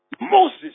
Moses